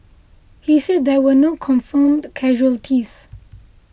he said there were no confirmed casualties